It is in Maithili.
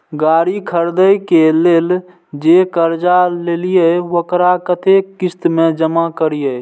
गाड़ी खरदे के लेल जे कर्जा लेलिए वकरा कतेक किस्त में जमा करिए?